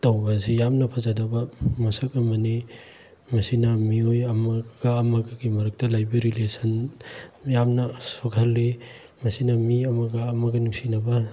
ꯇꯧꯕ ꯑꯁꯤ ꯌꯥꯝꯅ ꯐꯖꯗꯕ ꯃꯁꯛ ꯑꯃꯅꯤ ꯃꯁꯤꯅ ꯃꯤꯑꯣꯏ ꯑꯃꯒ ꯑꯃꯒꯒꯤ ꯃꯔꯛꯇ ꯂꯩꯕ ꯔꯤꯂꯦꯁꯟ ꯌꯥꯝꯅ ꯁꯣꯛꯍꯜꯂꯤ ꯃꯁꯤꯅ ꯃꯤ ꯑꯃꯒ ꯑꯃꯒ ꯅꯨꯡꯁꯤꯅꯕ